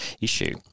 issue